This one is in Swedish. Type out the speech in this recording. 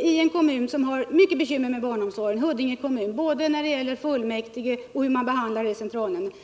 i en kommun som har mycket bekymmer med barnomsorgen, nämligen Huddinge kommun. Så är fallet när det gäller både fullmäktige och centralnämnden.